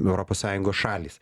europos sąjungos šalys